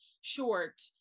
short